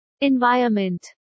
environment